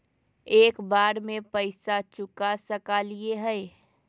एक बार में पैसा चुका सकालिए है?